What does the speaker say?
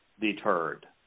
deterred